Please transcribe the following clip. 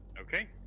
Okay